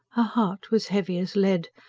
her heart was heavy as lead,